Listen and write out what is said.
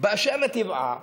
באשר לטבעה